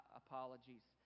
apologies